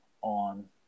on